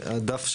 הדף,